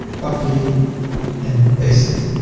copy and paste it.